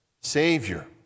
Savior